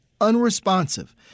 unresponsive